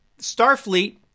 Starfleet